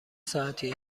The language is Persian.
ساعتی